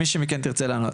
מי מכן שתרצה לענות.